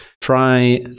Try